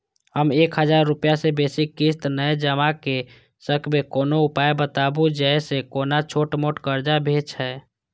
हम एक हजार रूपया से बेसी किस्त नय जमा के सकबे कोनो उपाय बताबु जै से कोनो छोट मोट कर्जा भे जै?